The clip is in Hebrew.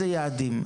יעדים.